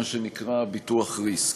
מה שנקרא ביטוח risk.